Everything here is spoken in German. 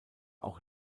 auch